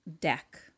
deck